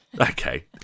okay